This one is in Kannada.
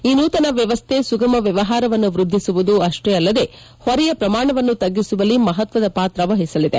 ಈ ನೂತನ ವ್ಯವಸ್ಥೆ ಸುಗಮ ವ್ಯವಹಾರವನ್ನು ವ್ಯದ್ದಿಸುವುದು ಅಷ್ಟೇ ಅಲ್ಲದೆ ಹೊರೆಯ ಪ್ರಮಾಣವನ್ನು ತಗ್ಗಿಸುವಲ್ಲಿ ಮಹತ್ತದ ಪಾತ್ರವಹಿಸಲಿದೆ